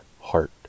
heart